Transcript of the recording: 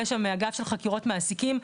יש שם אגף של חקירות מעסיקים,